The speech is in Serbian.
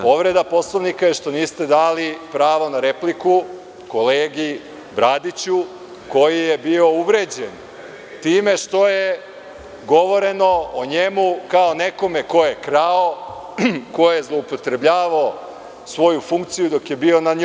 Povreda Poslovnika je što niste dali pravo na repliku kolegi Bradiću, koji je bio uvređen time što je govoreno o njemu kao nekome ko je krao, ko je zloupotrebljavao svoju funkciju dok je bio na njoj.